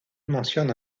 mentionne